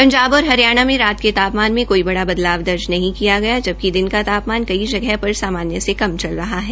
पंजाब और हरियाणा में रात के तापमान मे कोई बड़ा बदलाव नहीं किया गया जबकि दिन के तापमान कई जगह पर सामान्य से कम चल रहा है